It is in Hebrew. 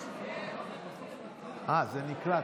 הצביעו, אהה, זה נקלט.